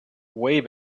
way